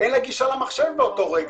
אין לה גישה למחשב באותו רגע.